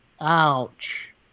ouch